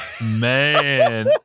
Man